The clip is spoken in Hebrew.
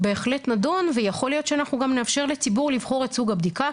בהחלט נדון ויכול להיות שאנחנו גם נאפשר לציבור לבחור את סוג הבדיקה,